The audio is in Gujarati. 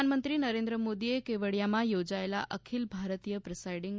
પ્રધાનમંત્રી નરેન્દ્ર મોદીએ કેવડિયામાં યોજાયેલા અખિલ ભારતીય પ્રિસાઇંડીંગ